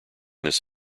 this